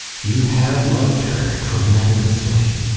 you have loved her tremendously!